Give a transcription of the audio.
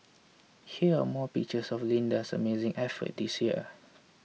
here are more pictures of Linda's amazing effort this year